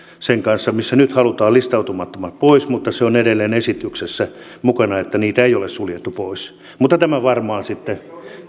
sen kanssa missä nyt halutaan listautumattomat pois kun se on edelleen esityksessä mukana niin että niitä ei ole suljettu pois mutta tämä varmaan sitten